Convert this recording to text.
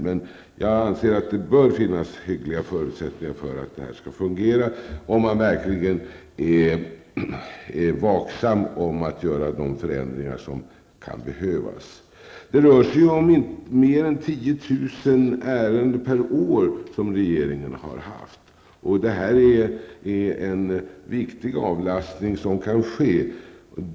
Men jag anser att det bör finnas hyggliga förutsättningar för att detta skall fungera, om man verkligen är vaksam på att göra de förändringar som kan behövas. Regeringen har haft mer än 10 000 ärenden per år att handlägga. Det är en viktig avlastning som kan ske.